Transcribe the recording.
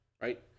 right